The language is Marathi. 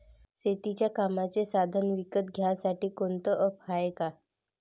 शेतीच्या कामाचे साधनं विकत घ्यासाठी कोनतं ॲप हाये का?